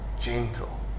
gentle